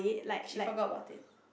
she forgot about it